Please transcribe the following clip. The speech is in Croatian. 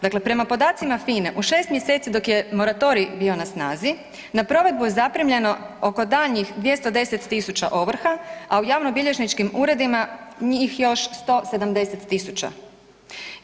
Dakle prema podacima FINA-e, u 6 mj. dok je moratorij bio na snazi, na provedbu je zaprimljeno oko daljnjih 210 000 ovrha a u javnobilježničkim uredima njih još 170 000.